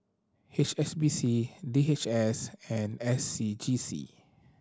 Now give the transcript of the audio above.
H S B C D H S and S C G C